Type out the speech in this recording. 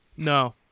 No